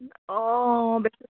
অঁ ব